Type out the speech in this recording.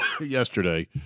yesterday